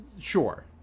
Sure